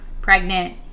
pregnant